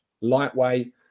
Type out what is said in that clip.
Lightweight